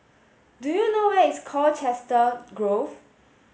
do you know where is Colchester Grove